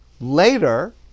Later